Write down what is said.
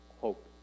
hope